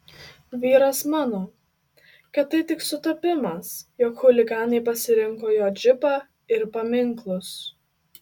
vyras mano kad tai tik sutapimas jog chuliganai pasirinko jo džipą ir paminklus